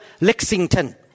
Lexington